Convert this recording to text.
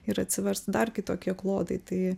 ir atsivers dar kitokie klodai tai